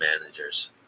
managers